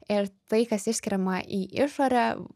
ir tai kas išskiriama į išorę